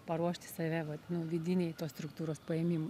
paruošti save vat nu vidinei tos struktūros paėmimui